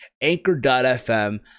Anchor.fm